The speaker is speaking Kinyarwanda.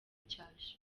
icyasha